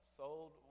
sold